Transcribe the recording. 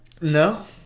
No